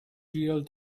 real